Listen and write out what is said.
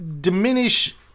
diminish